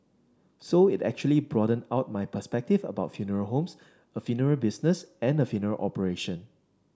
so it actually broadened out my perspective about funeral homes a funeral business and a funeral operation